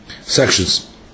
sections